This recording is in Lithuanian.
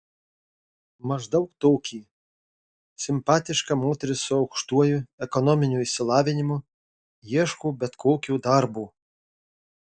maždaug tokį simpatiška moteris su aukštuoju ekonominiu išsilavinimu ieško bet kokio darbo